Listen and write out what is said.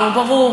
נו, ברור.